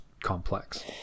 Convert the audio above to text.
complex